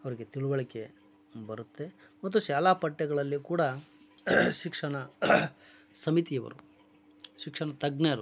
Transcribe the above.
ಅವ್ರಿಗೆ ತಿಳಿವಳಿಕೆ ಬರುತ್ತೆ ಮತ್ತು ಶಾಲಾ ಪಠ್ಯಗಳಲ್ಲಿ ಕೂಡ ಶಿಕ್ಷಣ ಸಮಿತಿಯವರು ಶಿಕ್ಷಣ ತಜ್ಞರು